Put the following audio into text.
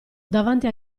davanti